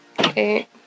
Okay